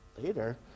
later